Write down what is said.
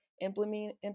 implementing